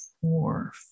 four